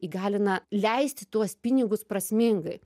įgalina leisti tuos pinigus prasmingai